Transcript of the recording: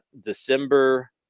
December